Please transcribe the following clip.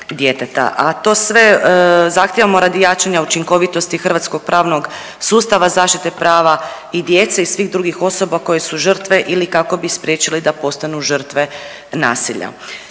a to sve zahtijevamo radi jačanja učinkovitosti hrvatskog pravnog sustava zaštite prava i djece i svih drugih osoba koje su žrtve ili kako bi spriječili da postanu žrtve nasilja.